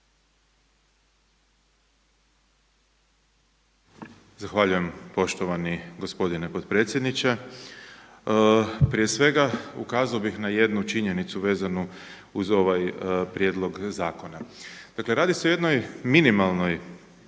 Zahvaljujem poštovani gospodine potpredsjedniče. Prije svega ukazao bih na jednu činjenicu vezanu uz ovaj prijedlog zakona. Dakle radi se o jednoj minimalnoj,